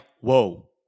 whoa